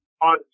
on